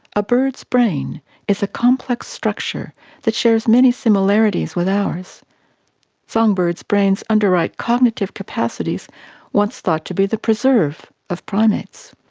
a bird's brain is a complex structure that shares many similarities with ours songbird's brains underwrite cognitive capacities once thought to be the preserve of primates,